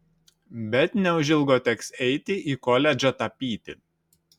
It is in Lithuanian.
bet neužilgo teks eiti į koledžą tapyti